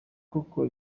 kuko